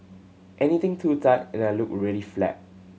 anything too tight and I look really flat